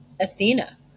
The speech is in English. Athena